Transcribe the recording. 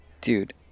Dude